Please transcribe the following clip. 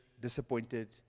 disappointed